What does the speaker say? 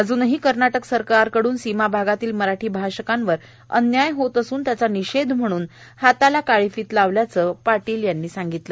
अजूनही कर्नाटक सरकारकडून सीमा भागातल्या मराठी भाषिकांवर अन्याय होत असून त्याचा निषेध म्हणून हाताला काळी फीत लावल्याचं पाटील यांनी सांगितलं